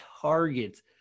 targets